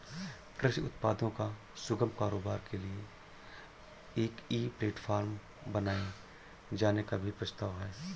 कृषि उत्पादों का सुगम कारोबार के लिए एक ई प्लेटफॉर्म बनाए जाने का भी प्रस्ताव है